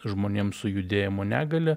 žmonėms su judėjimo negalia